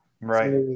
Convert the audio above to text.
Right